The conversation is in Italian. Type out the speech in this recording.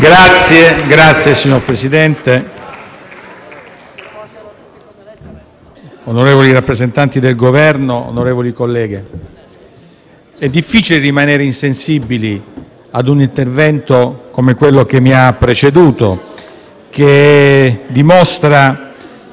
*(FI-BP)*. Signor Presidente, onorevoli rappresentanti del Governo, onorevoli colleghi, è difficile rimanere insensibili all'intervento di chi mi ha preceduto, che dimostra